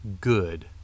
good